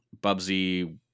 Bubsy